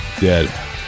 dead